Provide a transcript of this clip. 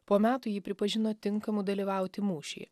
po metų jį pripažino tinkamu dalyvauti mūšyje